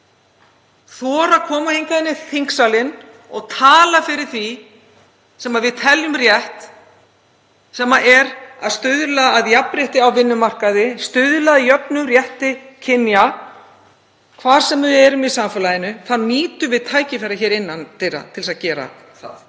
að koma hingað inn í þingsalinn og tala fyrir því sem við teljum rétt, sem er að stuðla að jafnrétti á vinnumarkaði, stuðla að jöfnum rétti kynja hvar sem við erum í samfélaginu, þá nýtum við tækifærið hér innan dyra til að gera það.